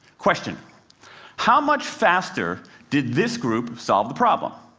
question how much faster did this group solve the problem?